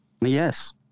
Yes